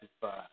five